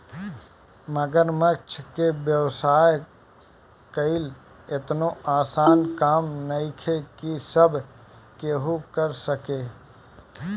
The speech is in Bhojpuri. मगरमच्छ के व्यवसाय कईल एतनो आसान काम नइखे की सब केहू कर सके